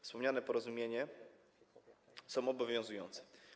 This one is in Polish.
Wspomniane porozumienie jest obowiązujące.